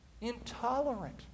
intolerant